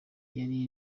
yari